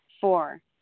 Four